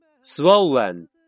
swollen